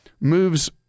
moves